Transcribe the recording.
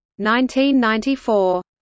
1994